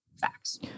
facts